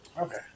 Okay